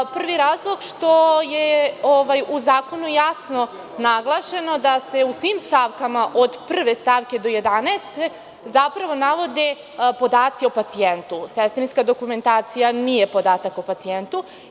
Prvi razlog je što je u zakonu jasno naglašeno da se u svim stavkama, od prve stavke do jedanaeste, zapravo navode podaci o pacijentu, a sestrinska dokumentacija nije podatak o pacijentu.